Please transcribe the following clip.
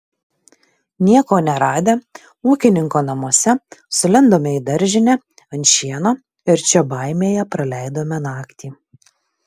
nieko neradę ūkininko namuose sulindome į daržinę ant šieno ir čia baimėje praleidome naktį